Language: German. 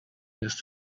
ist